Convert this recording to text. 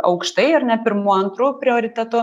aukštai ar ne pirmu antru prioritetu